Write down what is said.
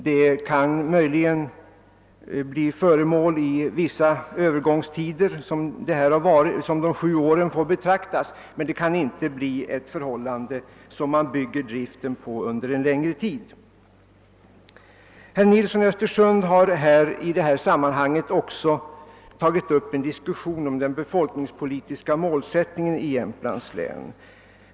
Den kan möjligen bevaras under en viss övergångstid — och de sju åren får betraktas som en sådan — men driften får inte byggas på en sådan grund under en längre tid. Herr Nilsson i Östersund har i detta sammanhang också tagit upp en diskussion om den befolkningspolitiska målsättningen i Jämtlands län.